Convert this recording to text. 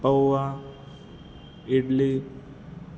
પૌંઆ idli